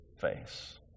face